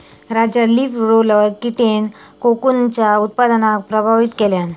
राज्यात leaf roller कीटेन कोकूनच्या उत्पादनाक प्रभावित केल्यान